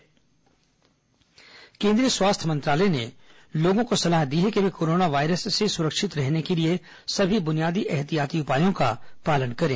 corona बचाव केंद्रीय स्वास्थ्य मंत्रालय ने लोगों को सलाह दी है कि वे कोरोना वायरस से सुरक्षित रहने के लिए सभी बुनियादी एहतियाती उपायों का पालने करें